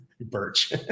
birch